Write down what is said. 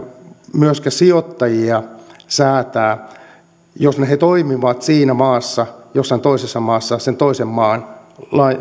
myöskään sijoittajia säädellä jos he toimivat siinä maassa jossain toisessa maassa sen toisen maan